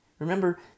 Remember